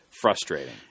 frustrating